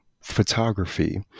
photography